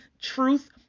truth